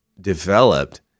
developed